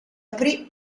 aprí